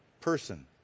person